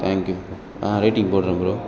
thank you ஆ rating போடுறேன் bro